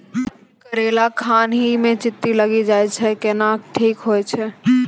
करेला खान ही मे चित्ती लागी जाए छै केहनो ठीक हो छ?